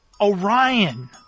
Orion